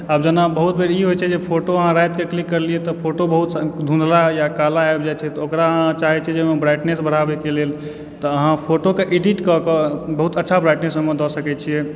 आब जेना बहुत बेर ई होयत छै जे फोटो अहाँ रातिके क्लिक करलियै तऽ फोटो बहुत धुँधला या काला आबि जाइ छै तऽ ओकरा अहाँ चाहैत छी जे एहिमे ब्राइटनेस बढ़ाबयके लेल तऽ अहाँ फोटोके एडिट कऽ कऽ बहुत अच्छा ब्राइटनेस ओहिमे दऽ सकैत छी